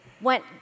went